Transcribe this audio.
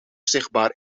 zichtbaar